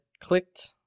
clicked